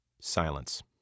Silence